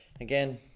again